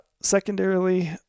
Secondarily